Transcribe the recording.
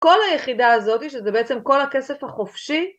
כל היחידה הזאת שזה בעצם כל הכסף החופשי